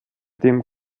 dem